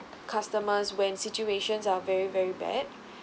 customers when situations are very very bad